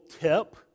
tip